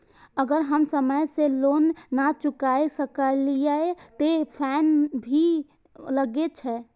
अगर हम समय से लोन ना चुकाए सकलिए ते फैन भी लगे छै?